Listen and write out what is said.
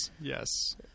Yes